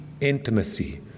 intimacy